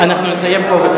הוא צודק אנחנו נסיים פה,